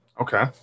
Okay